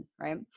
right